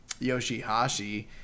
Yoshihashi